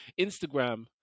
Instagram